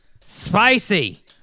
Spicy